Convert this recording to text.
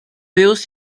pils